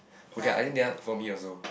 okay I think that one for me also